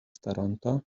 staranta